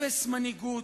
אפס מנהיגות,